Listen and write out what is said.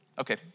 okay